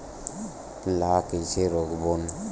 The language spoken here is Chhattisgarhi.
ला कइसे रोक बोन?